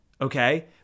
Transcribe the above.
Okay